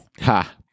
Ha